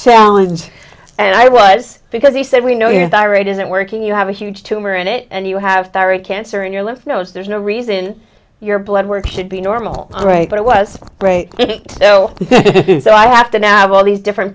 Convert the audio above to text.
challenge and i was because he said we know your tirade isn't working you have a huge tumor in it and you have thyroid cancer in your lymph nodes there's no reason your bloodwork should be normal right but it was great so so i have to now have all these different